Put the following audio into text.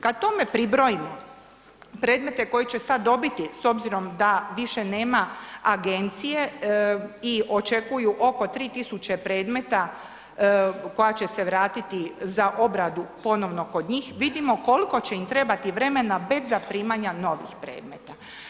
Kad tome pribrojimo predmete koje će sad dobiti s obzirom da više nema agencije i očekuju oko 3 000 predmeta koja će se vratiti za obradu ponovno kod njih, vidimo koliko će im trebati vremena bez zaprimanja novih predmeta.